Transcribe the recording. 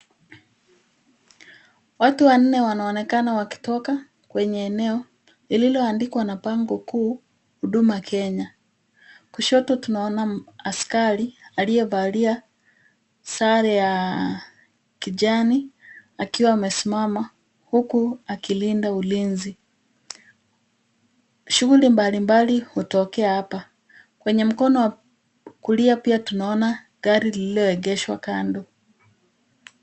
Watu wanne wanaonekana wakitoka kwenye eneo lililoandikwa na bango kuu Huduma Kenya. Kushoto tunaona askari aliyevalia sare ya kijani, akiwa amesimama, huku akilinda ulinzi. Shughuli mbalimbali hutokea hapa. Kwenye mkono wa kulia tunaona pia gari lilioegeshwa kando.